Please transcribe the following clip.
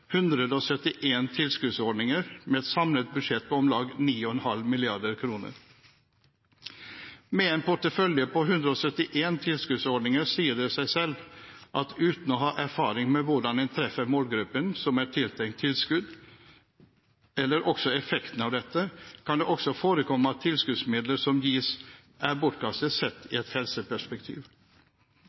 tilskuddsordninger med et samlet budsjett på om lag 9,5 mrd. kr. Med en portefølje på 171 tilskuddsordninger sier det seg selv at uten å ha erfaring med hvordan en treffer målgruppen som er tiltenkt tilskudd eller også effekten av dette, kan det også forekomme at tilskuddsmidler som gis, er bortkastet sett i et helseperspektiv.